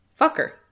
Fucker